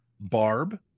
Barb